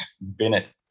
Bennett